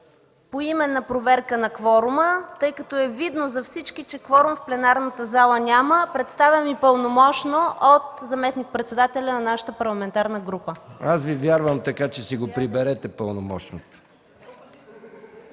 поименна проверка на кворума, тъй като е видно за всички, че кворум в пленарната зала няма. Представям Ви пълномощно от заместник-председателя на нашата парламентарна група. ПРЕДСЕДАТЕЛ МИХАИЛ МИКОВ: Аз Ви вярвам, така че си го приберете пълномощното.